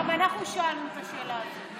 גם אנחנו שאלנו את השאלה הזאת.